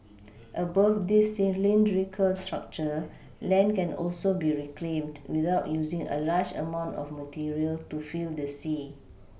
above this cylindrical structure land can also be reclaimed without using a large amount of material to fill the sea